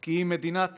כי אם מדינת